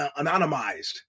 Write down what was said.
anonymized